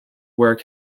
work